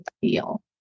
feel